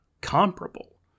comparable